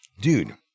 Dude